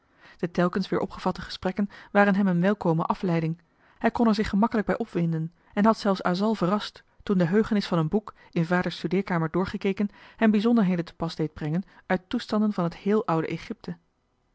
de telkens weer opgevatte gesprekken waren hem een welkome afleiding hij kon er zich gemakkelijk bij opwinden en had zelfs asal verrast toen de heugenis van een boek in vaders studeerkamer doorgekeken hem bijzonderheden te pas deed brengen uit toestanden van het heel oude egypte